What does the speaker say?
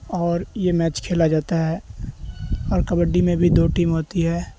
اور یہ میچ کھیلا جاتا ہے اور کبڈی میں بھی دو ٹیم ہوتی ہے